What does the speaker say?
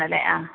ആണല്ലേ ആ